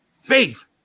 faith